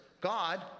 God